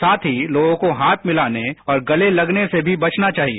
साथ ही लोगों को हाथ मिलाने और गले गलने से भी बचना चाहिए